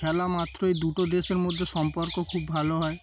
খেলা মাত্র এই দুটো দেশের মধ্যে সম্পর্ক খুব ভালো হয়